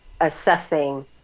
assessing